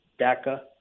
DACA